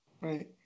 Right